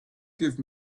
give